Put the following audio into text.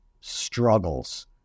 struggles